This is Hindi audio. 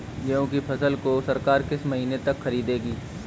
गेहूँ की फसल को सरकार किस महीने तक खरीदेगी?